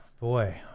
Boy